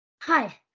Hi